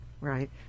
Right